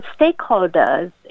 stakeholders